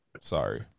Sorry